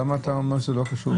למה אתה אומר שזה לא קשור,